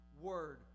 word